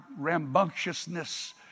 rambunctiousness